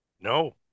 No